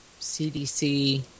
CDC